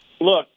look